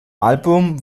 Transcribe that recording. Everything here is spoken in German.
album